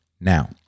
Now